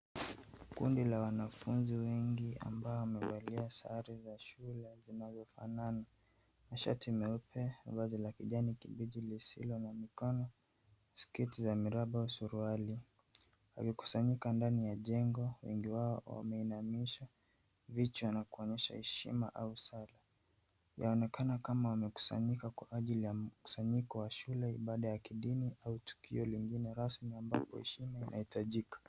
Kundi la wanafunzi wengi ambao wamevalia sare za shule zinazofanana shati meupe vazi la kijani kibichi lisilo mkono , sketi za miraba suruali ,wamekusanyika ndani ya jengo wengi wao wameinamisha vichwa na kuonyesha heshima au Sala, yanaonekana kama wamekusanyika kwa ajili ya mkusanyiko wa shule ibada ya kidini au tukio lingine rasmi ambapo heshima inahitajika.